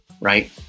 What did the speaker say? right